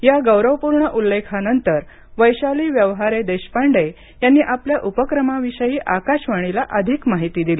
या गौरवपूर्ण उल्लेखानंतर वैशाली व्यवहारे देशपांडे यांनी आपल्या उपक्रमाविषयी आकाशवाणीला अधिक माहिती दिली